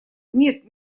нет